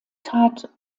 tat